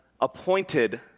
appointed